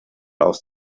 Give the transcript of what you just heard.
aus